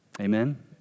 Amen